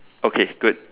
okay good